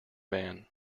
van